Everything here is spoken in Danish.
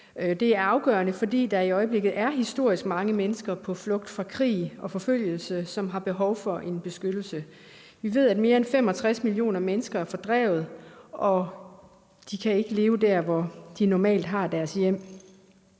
Det er afgørende, fordi der i øjeblikket er historisk mange mennesker på flugt fra krig og forfølgelse, som har behov for en beskyttelse. Vi ved, at mere end 65 millioner mennesker er fordrevet, og at de ikke kan leve der, hvor de normalt har deres hjem.